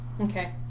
Okay